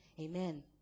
Amen